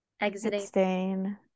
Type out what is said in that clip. Exiting